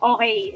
Okay